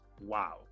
wow